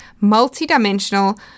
multi-dimensional